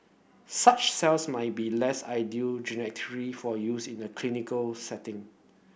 such cells might be less ideal genetically for use in the clinical setting